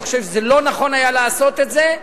אני חושב שלא נכון היה לעשות את זה,